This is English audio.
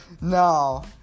No